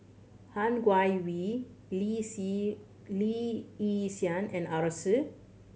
Han Guangwei Lee Si Lee Yi Shyan and Arasu